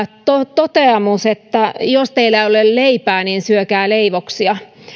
toteamukselta että jos teillä ei ole leipää niin syökää leivoksia